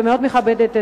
ומאוד מכבדת,